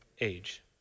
age